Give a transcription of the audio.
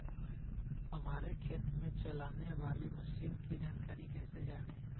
हमारे खेत में चलाने वाली मशीन की जानकारी कैसे जाने?